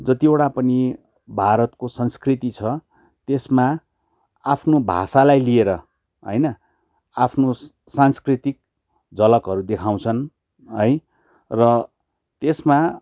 जतिवटा पनि भारतको संस्कृति छ त्यसमा आफ्नो भाषालाई लिएर होइन आफ्नो सांस्कृतिक झलकहरू देखाउछन् है र त्यसमा